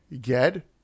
get